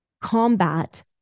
combat